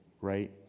Right